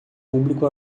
público